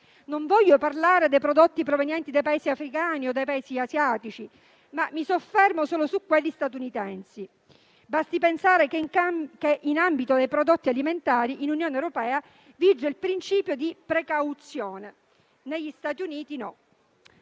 Non voglio parlare dei prodotti provenienti dai Paesi africani o dai Paesi asiatici, ma mi soffermo solo su quelli statunitensi. Basti pensare che, nell'ambito dei prodotti alimentari, nell'Unione europea vige il principio di precauzione, mentre negli Stati Uniti no: